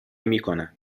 میکنم